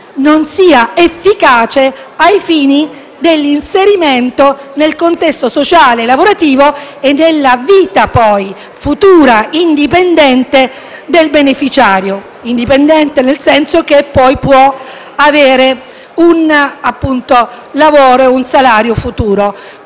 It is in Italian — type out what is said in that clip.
non sia efficace ai fini dell'inserimento nel contesto sociale lavorativo e della futura vita indipendente del beneficiario (indipendente nel senso che può avere un lavoro e un salario futuro).